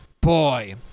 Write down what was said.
boy